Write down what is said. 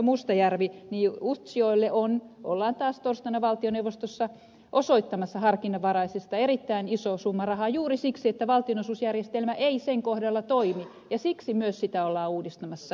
mustajärvi utsjoelle ollaan taas torstaina valtioneuvostossa osoittamassa harkinnanvaraisista erittäin iso summa rahaa että valtionosuusjärjestelmä ei sen kohdalla toimi ja siksi myös sitä ollaan uudistamassa